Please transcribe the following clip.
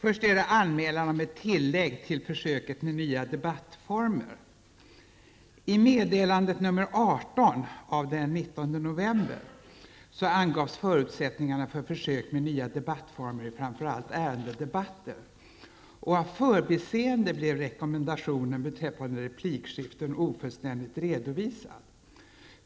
I meddelande 1991/92:18, daterat 1991-11-19, angavs förutsättningarna för försök med nya debattformer i framför allt ärendedebatter. Av förbiseende blev rekommendationen beträffande replikskiften ofullständigt redovisad.